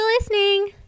listening